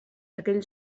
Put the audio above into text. aquell